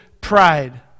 pride